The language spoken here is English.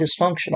dysfunctional